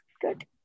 good